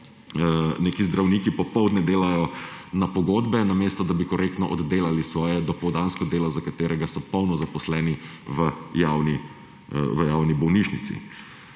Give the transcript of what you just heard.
neki zdravniki popoldan delajo na pogodbe, namesto da bi korektno oddelali svoje dopoldansko delo, za katerega so polno zaposleni v javni bolnišnici.